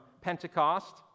Pentecost